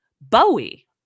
Bowie